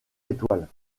étoile